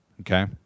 okay